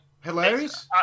hilarious